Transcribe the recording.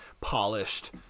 polished